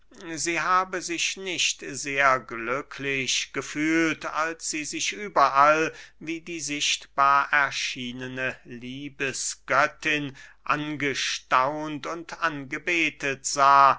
sie habe sich nicht sehr glücklich gefühlt als sie sich überall wie die sichtbar erschienene liebesgöttin angestaunt und angebetet sah